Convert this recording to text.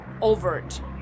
overt